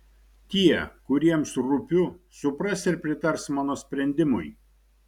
tie kuriems rūpiu supras ir pritars mano sprendimui